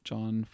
John